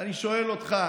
ואני שואל אותך